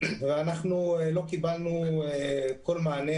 ואנחנו כל פעם עולים ויורדים בפעילות.